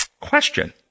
Question